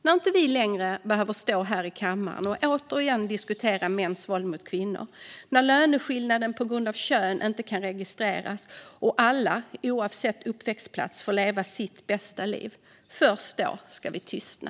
När vi inte längre behöver stå i kammaren och diskutera mäns våld mot kvinnor, när löneskillnad på grund av kön inte längre kan registreras och när alla oavsett uppväxtplats får leva sitt bästa liv, först då ska vi tystna.